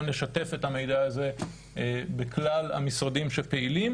לשתף את המידע הזה בכלל המשרדים שפעילים.